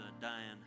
dying